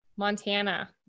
Montana